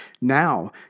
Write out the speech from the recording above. Now